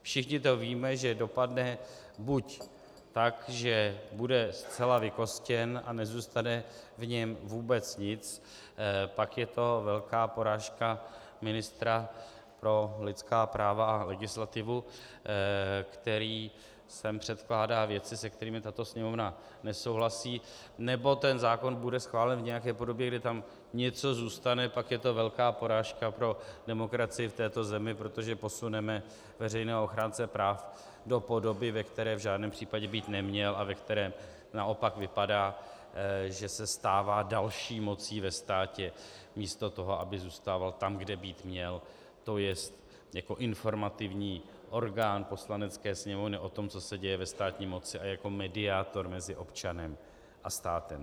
Všichni to víme, že dopadne buď tak, že bude zcela vykostěn a nezůstane v něm vůbec nic, pak je to velká porážka ministra pro lidská práva a legislativu, který sem předkládá věci, se kterými tato Sněmovna nesouhlasí, nebo ten zákon bude schválen v nějaké podobě, kdy tam něco zůstane, a pak je to velká porážka pro demokracii v této zemi, protože posuneme veřejného ochránce práv do podoby, ve které v žádném případě být neměl a ve které naopak vypadá, že se stává další mocí ve státě místo toho, aby zůstával tam, kde být měl, tj. jako informativní orgán Poslanecké sněmovny o tom, co se děje ve státní moci, a jako mediátor mezi občanem a státem.